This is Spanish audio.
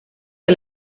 que